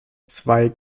zwei